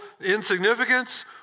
insignificance